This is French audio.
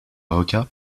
avocat